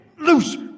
loser